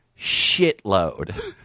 shitload